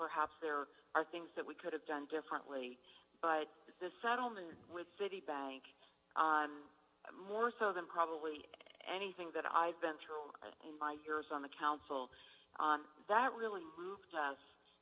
perhaps there are things that we could have done differently but the settlement with citibank more so than probably anything that i've been through in my years on the council on that really